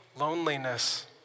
loneliness